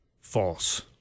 False